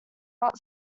not